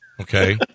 Okay